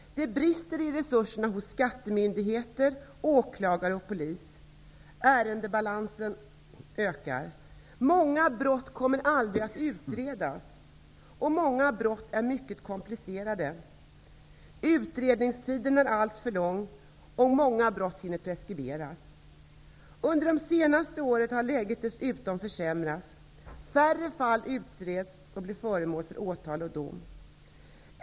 Det brister i resurserna hos skattemyndigheter, åklagare och polis. Ärendebalansen ökar. Många brott kommer aldrig att utredas, och många brott är mycket komplicerade. Utredningstiden är alltför lång, och många brott hinner preskriberas. Läget har dessutom försämrats undet det senaste året. Färre fall utreds och blir föremål för åtal och dom.